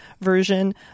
version